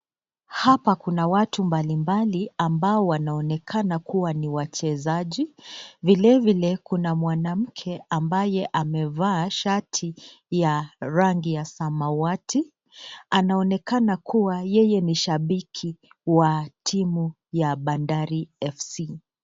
Hapa kuna watu mbalimbali ambao wanaonekana kuwa ni wachezaji. vilevile kuna mwanamke ambaye amevaa shati ya rangi ya samawati. Anaonekana kuwa yeye ni shabiki wa timu ya Bandari FC.